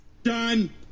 done